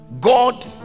God